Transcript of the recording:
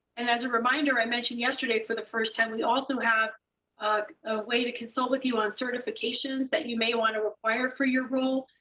and as a reminder, i mentioned yesterday, for the first time, we also have a way to consult with you on certifications that you may want to require for your role.